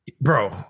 Bro